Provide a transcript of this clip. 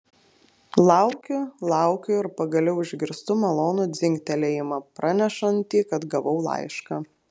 laukiu laukiu ir pagaliau išgirstu malonų dzingtelėjimą pranešantį kad gavau laišką